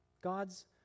God's